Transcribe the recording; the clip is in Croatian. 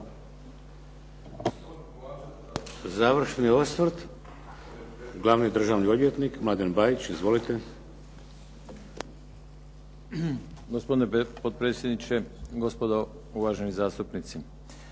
Završni osvrt glavni državni odvjetnik Mladen Bajić. Izvolite. **Bajić, Mladen** Gospodine potpredsjedniče, gospodo uvaženi zastupnici.